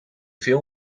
veel